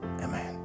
Amen